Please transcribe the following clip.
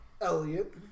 Elliot